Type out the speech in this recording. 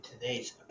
today's